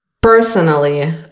personally